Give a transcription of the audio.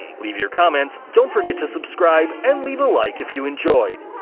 leave your comments, don't forget to subscribe, and leave a like if you enjoyed!